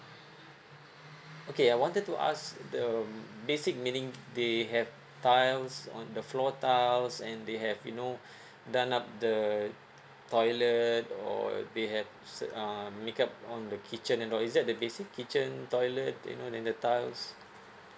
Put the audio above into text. okay I wanted to ask the basic meaning they have tiles on the floor tiles and they have you know done up the toilet or they have uh make up on the kitchen and all is that the basic kitchen toilet you know then the tiles